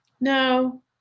no